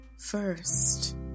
first